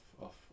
off